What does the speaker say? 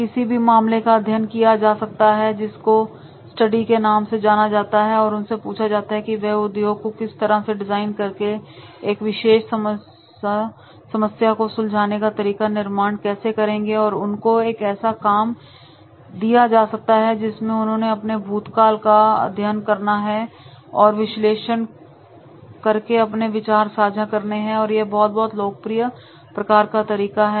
किसी भी मामले का अध्ययन किया जा सकता है जिसको के स्टडी के नाम से जाना जाता है और उनसे पूछा जाता है कि वह उद्योग को किस तरह डिजाइन करेंगे और एक विशेष समस्या को सुलझाने का तरीके का निर्माण कैसे करेंगे या उनको एक ऐसा काम दिया जा सकता है जिसमें उनको अपने भूतकाल का अध्ययन करना है और विश्लेषण करके अपने विचार साझा करने हैं यह बहुत बहुत लोकप्रिय प्रकार का तरीका है